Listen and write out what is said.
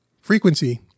frequency